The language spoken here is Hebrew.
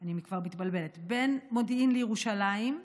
אני כבר מתבלבלת, בין מודיעין לירושלים,